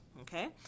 Okay